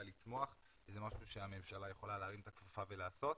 לצמוח וזה משהו שהממשלה יכולה להרים את הכפפה ולעשות,